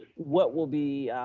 what will be,